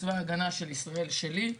צבא ההגנה של ישראל שלי,